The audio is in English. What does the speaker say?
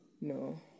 no